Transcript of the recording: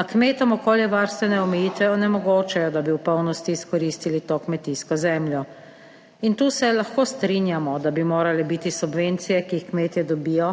a kmetom okoljevarstvene omejitve onemogočajo, da bi v polnosti izkoristili to kmetijsko zemljo. In tu se lahko strinjamo, da bi morale biti subvencije, ki jih kmetje dobijo,